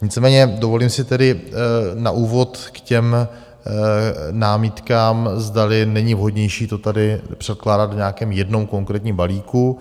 Nicméně dovolím si tedy na úvod k námitkám, zdali není vhodnější to tady předkládat v nějakém jednom konkrétním balíku.